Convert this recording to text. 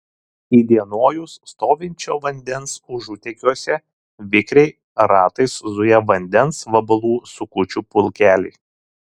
įdienojus stovinčio vandens užutėkiuose vikriai ratais zuja vandens vabalų sukučių pulkeliai